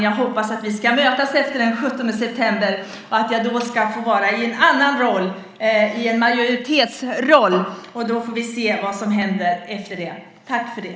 Jag hoppas att vi ska mötas efter den 17 september och att jag då ska få vara i en annan roll - i en majoritetsroll. Vi får se vad som händer efter det.